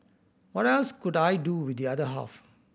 what else could I do with the other half